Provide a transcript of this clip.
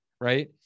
right